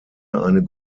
eine